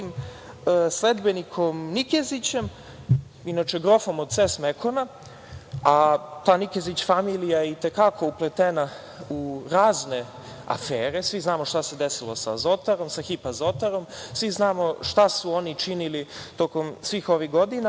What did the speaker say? sledbenikom Nikezićem, inače grofom od „Cas Mecon“, a ta Nikezić familija i te kako je upletena u razne afere. Svi znamo šta se desilo sa Azotarom, svi znamo šta su oni činili tokom svih ovih godina.